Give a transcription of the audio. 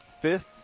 fifth